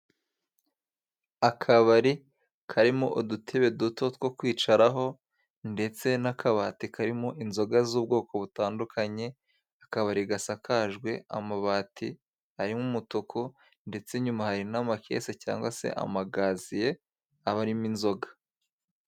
Akabari karimo udutebe duto two kwicaraho ndetse n'akabati karimo inzoga z'ubwoko butandukanye, akabari gasakajwe amabati arimo umutuku ndetse inyuma hari n'amakese cyangwa se amagaziye abarimo inzoga.